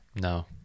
No